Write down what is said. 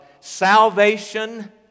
salvation